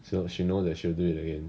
so she know that she'll do it again